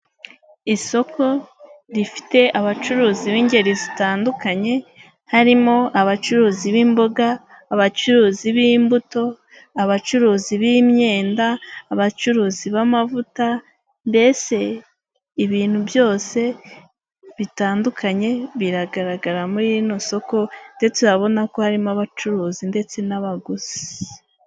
Isoko rifite abacuruzi b'ingeri zitandukanye harimo: abacuruzi b'imboga, abacuruzi b'imbuto, abacuruzi b'imyenda, abacuruzi b'amavuta, mbese ibintu byose bitandukanye biragaragara muri rino soko ndetse urabona ko harimo abacuruzi ndetse n'abaguzi.